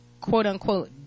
quote-unquote